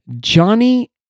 Johnny